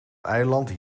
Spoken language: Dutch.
eiland